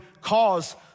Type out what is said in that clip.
cause